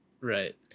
right